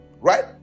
right